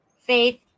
faith